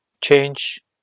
change